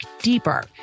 deeper